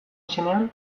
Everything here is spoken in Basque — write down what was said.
izenean